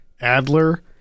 Adler